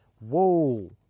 Whoa